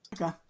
okay